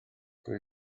ond